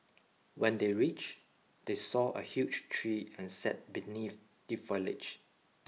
when they reached they saw a huge tree and sat beneath the foliage